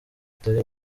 atari